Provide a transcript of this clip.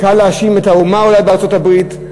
קל להאשים את האומה, אולי, בארצות-הברית,